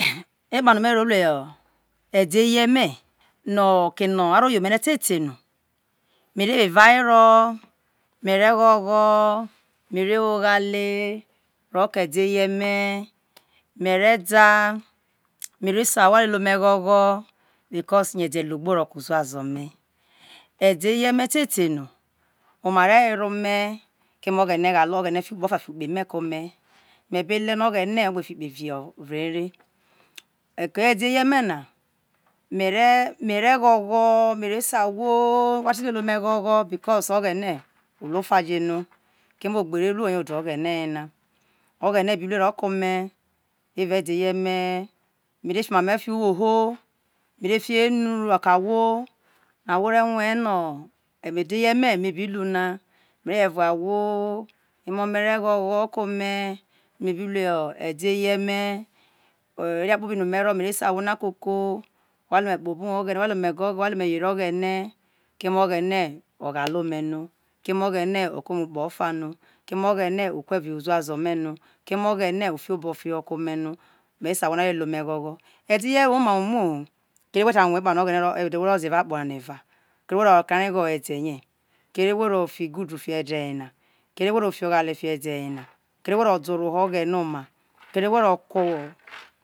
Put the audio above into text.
Epano me ro lu ede eye me no oke no a ro ye ome na te te no me re wo evao wero me re wo oghogwo oghale ro ke ede ye me me re da, me re se awhi a lele ome ghogho ede ye me te te no oma re were ome keme oghene ghale ome oghene fi ikpe of a fiho ikpe me ko ome me be le no oghene o gbe ogbe fi ikpe vre ere oke ede ye me na me re mere ghogho me ri se awho wha ti le le ome gho gho because oghene olu o fa jo no keme ogbere eruo oye ho o de oghene yena oghene bi rue ro ko me evao ede eye me me re fi oma me fiho uwo ho mere fie he enu ro ke ahwo no a awho a re rue no ino ede ye me me bi ru na mere re je ruō awho emome re ghoghe ko ome oria kpobi no me ro me re se awho na koko wha lele ome kpo obuwo oghene wha lele ome go wha lele ome yere oghene keme oghene oghale ome no, keme oghene oko ome ikpe ofa no keme oghene o ku evi ho uzuazo me no keme oghene fi obo ko me no me re se awho na a lele ome ghogho. Edeye woma ho umoho keme whe ta rue epano oghene ede who ro ze evao akpo na eva kere whe ro kareghe ho ede ye kere who ro fi i good fiede ye na kere whe ro fi oghale fi o ede yena whe ro do oro ho oghene oma kere whe ro.